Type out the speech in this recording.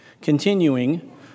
Continuing